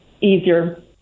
easier